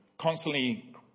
constantly